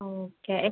okay